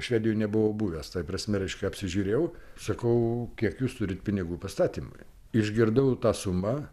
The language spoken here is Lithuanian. švedijoj nebuvau buvęs tai prasme reiškia apsižiūrėjau sakau kiek jūs turit pinigų pastatymui išgirdau tą sumą